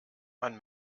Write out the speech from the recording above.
man